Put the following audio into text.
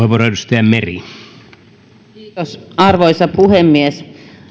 arvoisa puhemies